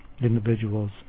individuals